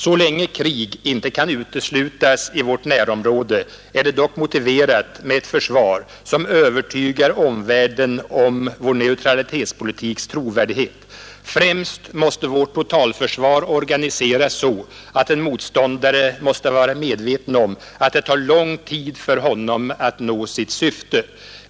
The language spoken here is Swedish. Så länge krig inte kan uteslutas i vårt närområde är det dock motiverat med ett försvar som övertygar omvärlden om vår neutralitetspolitiks trovärdighet. Främst måste vårt totalförsvar organiseras så att en motståndare måste vara medveten om att det tar lång tid för honom att nå sitt syfte.